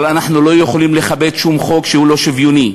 אבל אנחנו לא יכולים לכבד שום חוק שהוא לא שוויוני.